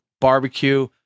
barbecue